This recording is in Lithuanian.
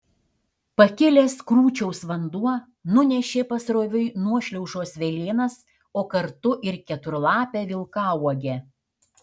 pakilęs krūčiaus vanduo nunešė pasroviui nuošliaužos velėnas o kartu ir keturlapę vilkauogę